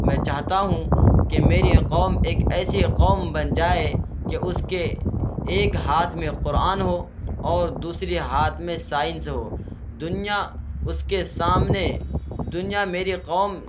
میں چاہتا ہوں کہ میری قوم ایک ایسی قوم بن جائے کہ اس کے ایک ہاتھ میں قرآن ہو اور دوسرے ہاتھ میں سائنس ہو دنیا اس کے سامنے دنیا میری قوم